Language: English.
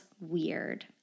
weird